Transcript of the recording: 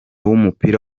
w’umupira